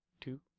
two